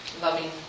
loving